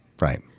Right